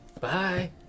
Bye